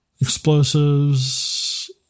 explosives